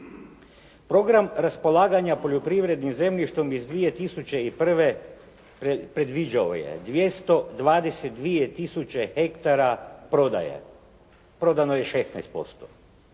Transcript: Program raspolaganja poljoprivrednim zemljištem iz 2001. predviđao je 222 tisuće hektara prodaje. Prodano je 16%.